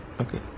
Okay